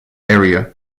area